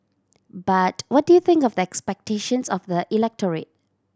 but what do you think of the expectations of the electorate